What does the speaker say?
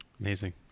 Amazing